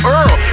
Earl